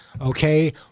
okay